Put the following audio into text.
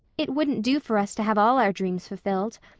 it wouldn't do for us to have all our dreams fulfilled.